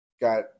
got